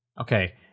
Okay